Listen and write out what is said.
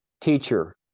teacher